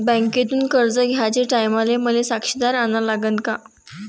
बँकेतून कर्ज घ्याचे टायमाले मले साक्षीदार अन लागन का?